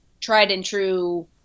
tried-and-true